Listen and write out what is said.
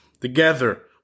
Together